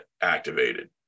activated